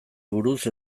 buruz